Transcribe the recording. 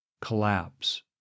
Collapse